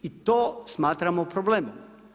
I to smatramo problemom.